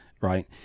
Right